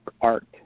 art